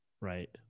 Right